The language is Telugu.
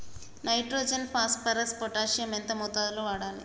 నైట్రోజన్ ఫాస్ఫరస్ పొటాషియం ఎంత మోతాదు లో వాడాలి?